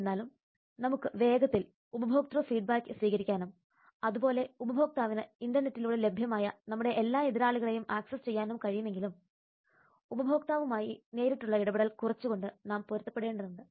എന്നിരുന്നാലും നമുക്ക് വേഗത്തിൽ ഉപഭോക്തൃ ഫീഡ്ബാക്ക് സ്വീകരിക്കാനും അതുപോലെ ഉപഭോക്താവിന് ഇന്റർനെറ്റിലൂടെ ലഭ്യമായ നമ്മുടെ എല്ലാ എതിരാളികളെയും ആക്സസ് ചെയ്യാനും കഴിയുമെങ്കിലും ഉപഭോക്താവുമായി നേരിട്ടുള്ള ഇടപെടൽ കുറച്ച് കൊണ്ട് നാം പൊരുത്തപ്പെടേണ്ടതുണ്ട്